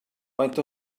faint